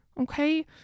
okay